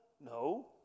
No